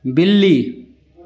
बिल्ली